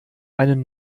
einen